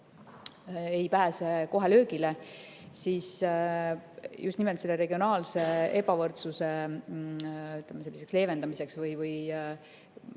ei pääse kohe löögile. Just nimelt selle regionaalse ebavõrdsuse leevendamiseks või